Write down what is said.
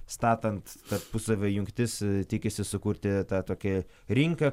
statant tarpusavio jungtis tikisi sukurti tą tokį rinką